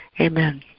Amen